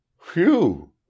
Phew